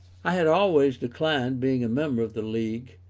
i had always declined being a member of the league,